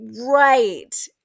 right